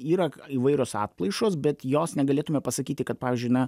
yra įvairios atplaišos bet jos negalėtume pasakyti kad pavyzdžiui na